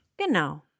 Genau